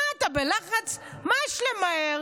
מה אתה בלחץ, מה יש למהר?